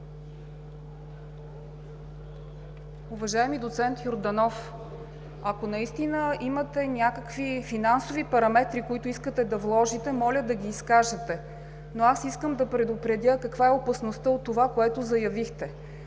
Уважаеми доцент Йорданов, ако наистина имате някакви финансови параметри, които искате да вложите, моля да ги изкажете, но аз искам да предупредя каква е опасността от това, което заявихте.